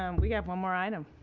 um we have one more item.